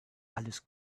alles